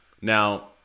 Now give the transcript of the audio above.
Now